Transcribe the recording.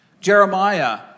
Jeremiah